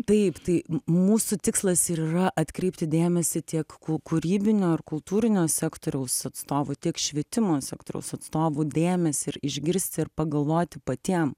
taip tai mūsų tikslas ir yra atkreipti dėmesį tiek kū kūrybinio ar kultūrinio sektoriaus atstovų tiek švietimo sektoriaus atstovų dėmesį ir išgirsti ir pagalvoti patiem